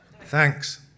Thanks